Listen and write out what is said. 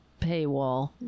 paywall